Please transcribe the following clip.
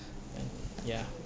mm ya